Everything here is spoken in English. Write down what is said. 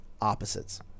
opposites